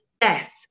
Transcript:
death